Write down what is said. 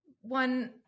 One